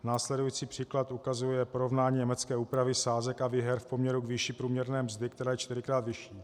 Následující příklad ukazuje porovnání německé úpravy sázek a výher v poměru k výši průměrné mzdy, která je čtyřikrát vyšší.